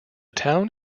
town